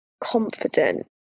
confident